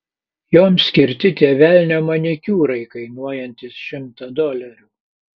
joms skirti tie velnio manikiūrai kainuojantys šimtą dolerių